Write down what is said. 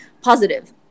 positive